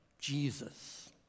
Jesus